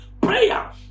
Prayer